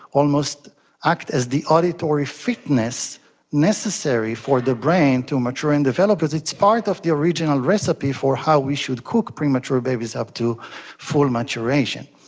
almost act as the auditory fitness necessary for the brain to mature and develop. it's part of the original recipe for how we should cook premature babies up to full maturation.